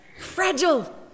Fragile